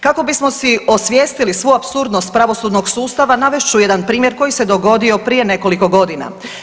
Kako bismo si osvijestili su apsurdnost pravosudnog sustava navest ću jedan primjer koji se dogodio prije nekoliko godina.